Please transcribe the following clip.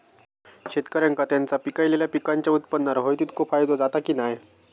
शेतकऱ्यांका त्यांचा पिकयलेल्या पीकांच्या उत्पन्नार होयो तितको फायदो जाता काय की नाय?